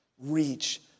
reach